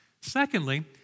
Secondly